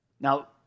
Now